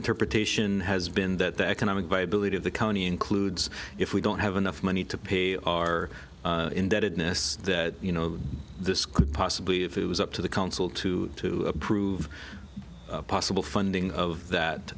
interpretation has been that the economic viability of the county includes if we don't have enough money to pay our indebtedness that you know this could possibly if it was up to the council to to approve possible funding of that